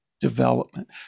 development